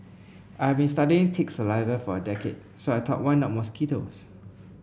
I've been studying tick saliva for a decade so I thought why not mosquitoes